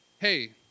hey